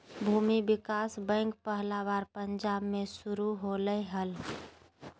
भूमि विकास बैंक पहला बार पंजाब मे शुरू होलय हल